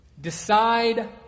Decide